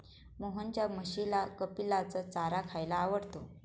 मोहनच्या म्हशीला कपिलाचा चारा खायला आवडतो